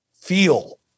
feel